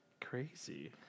crazy